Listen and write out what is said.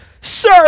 Sir